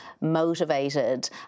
motivated